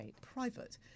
private